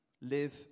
live